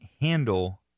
handle